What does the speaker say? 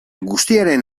guztiaren